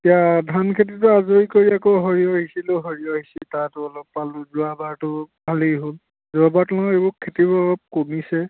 এতিয়া ধান খেতিটো আজৰি কৰি আকৌ সৰিয়হ সিঁচিলোঁ সৰিয়হ সিঁচি তাতো অলপ পালোঁ যোৱাবাৰটো ভালেই হ'ল যোৱাবাৰতকৈ এইবোৰ খেতিবোৰ অলপ কমিছে